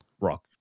rock